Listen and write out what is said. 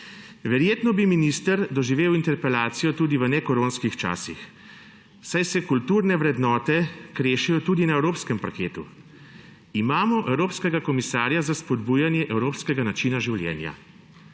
Verjetno bi minister doživel interpelacijo tudi v nekoronskih časih, saj se kulturne vrednote krešejo tudi na evropskem parketu. Imamo evropskega komisarja za spodbujanje evropskega načina življenja,